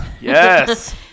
Yes